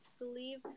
believe